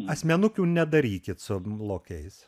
asmenukių nedarykit su lokiais